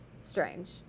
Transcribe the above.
strange